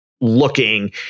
Looking